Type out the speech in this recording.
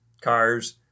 cars